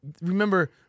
remember